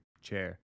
chair